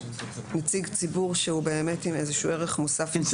נציג ציבור שהוא באמת עם איזשהו ערך מוסף ייחודי.